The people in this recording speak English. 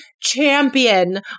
champion